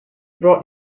brought